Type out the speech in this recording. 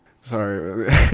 Sorry